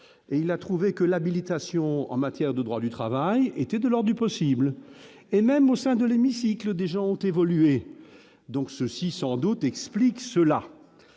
et il a trouvé que l'habilitation en matière de droit du travail était de or du possible et même au sein de l'hémicycle, des gens ont évolué, donc ceci sans doute explique cela